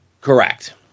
Correct